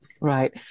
Right